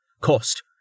Cost